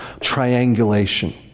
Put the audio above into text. triangulation